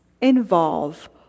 involve